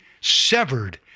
severed